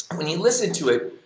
when you listen to it,